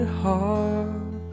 heart